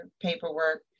paperwork